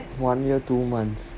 one year two months